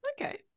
Okay